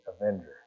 Avenger